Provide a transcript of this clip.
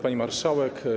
Pani Marszałek!